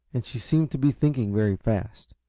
and she seemed to be thinking very fast.